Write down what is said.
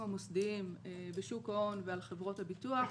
המוסדיים בשוק ההון ועל חברות הביטוח,